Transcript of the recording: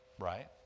right